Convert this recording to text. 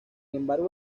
embargo